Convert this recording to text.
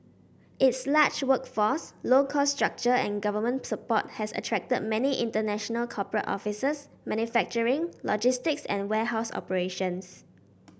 its large workforce low cost structure and government support has attracted many international corporate offices manufacturing logistics and warehouse operations